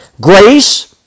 Grace